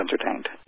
entertained